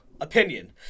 Opinion